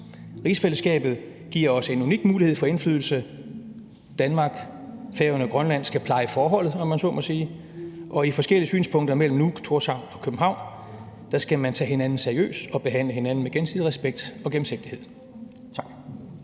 Rigsfællesskabet giver os en unik mulighed for indflydelse. Danmark, Færøerne og Grønland skal pleje forholdet, om man så må sige, og i forskellige synspunkter mellem Nuuk, Thorshavn og København skal man tage hinanden seriøst og behandle hinanden med gensidig respekt og i gennemsigtighed. Tak.